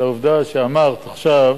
לעובדה שאמרת עכשיו,